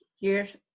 years